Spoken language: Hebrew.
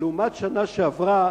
לעומת השנה שעברה,